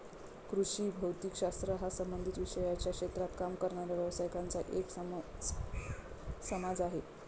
कृषी भौतिक शास्त्र हा संबंधित विषयांच्या क्षेत्रात काम करणाऱ्या व्यावसायिकांचा एक समाज आहे